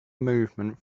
movement